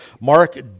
Mark